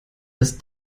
das